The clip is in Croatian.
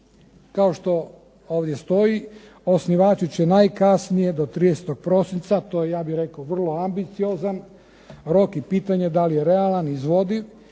Kao što ovdje stoji osnivači će najkasnije do 30. prosinca, to je ja bih rekao vrlo ambiciozan rok i pitanje da li je realan, izvodiv,